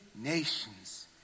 nations